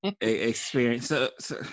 Experience